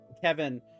Kevin